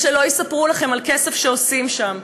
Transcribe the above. ושלא יספרו לכם על כסף שעושים שם.